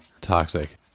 toxic